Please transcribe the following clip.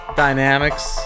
dynamics